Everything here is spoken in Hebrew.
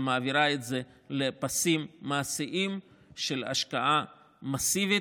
מעבירה את זה לפסים מעשיים של השקעה מסיבית.